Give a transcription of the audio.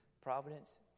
providence